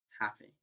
happy